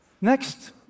Next